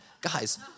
guys